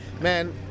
Man